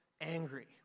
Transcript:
angry